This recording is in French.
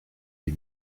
les